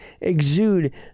exude